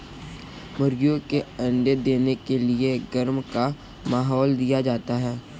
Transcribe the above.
मुर्गियों के अंडे देने के लिए गर्मी का माहौल दिया जाता है